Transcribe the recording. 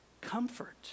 Comfort